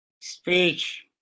Speech